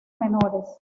menores